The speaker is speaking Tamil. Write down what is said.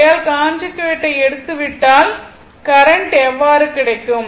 ஆகையால் கான்ஜுகேட்டை எடுக்காவிட்டால் கரண்ட் எவ்வாறு கிடைக்கும்